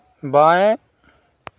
बाएँ